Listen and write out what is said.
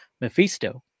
Mephisto